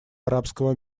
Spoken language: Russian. арабского